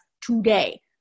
today